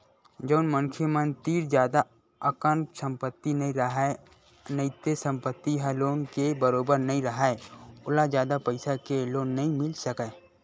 जउन मनखे मन तीर जादा अकन संपत्ति नइ राहय नइते संपत्ति ह लोन के बरोबर नइ राहय ओला जादा पइसा के लोन नइ मिल सकय